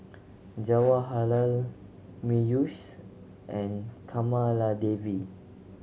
Jawaharlal Peyush and Kamaladevi